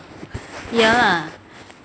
ya lah